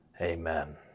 Amen